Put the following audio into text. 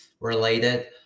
related